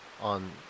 on